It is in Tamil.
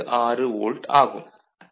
16 வோல்ட் ஆகும்